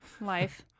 Life